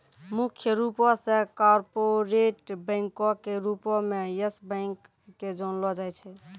मुख्य रूपो से कार्पोरेट बैंको के रूपो मे यस बैंक के जानलो जाय छै